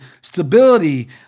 stability